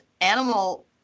animal